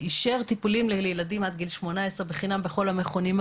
אישר לילדים עד גיל 18 טיפולים חינם בכל המכונים,